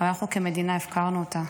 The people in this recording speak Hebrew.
ואנחנו כמדינה הפקרנו אותה.